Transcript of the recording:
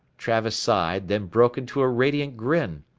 travis sighed, then broke into a radiant grin.